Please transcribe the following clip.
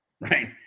right